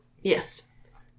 Yes